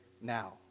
now